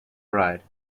ride